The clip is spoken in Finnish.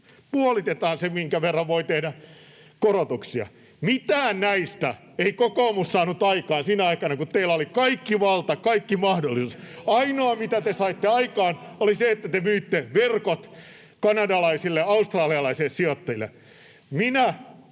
puolitetaan se, minkä verran voi tehdä korotuksia. Mitään näistä ei kokoomus saanut aikaan sinä aikana, kun teillä oli kaikki valta, kaikki mahdollisuudet. [Välihuutoja kokoomuksen ryhmästä] Ainoa, mitä te saitte aikaan, oli se, että te myitte verkot kanadalaisille, australialaisille sijoittajille.